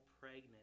pregnant